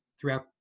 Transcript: throughout